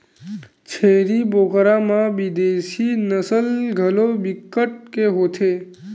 छेरी बोकरा म बिदेसी नसल घलो बिकट के होथे